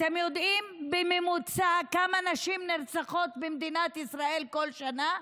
אתם יודעים כמה נשים בממוצע נרצחות במדינת ישראל כל שנה?